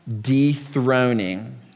dethroning